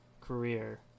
career